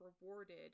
rewarded